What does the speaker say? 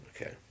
okay